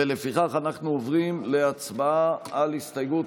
לפיכך אנחנו עוברים להצבעה על הסתייגות